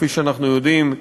כפי שאנחנו יודעים,